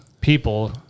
people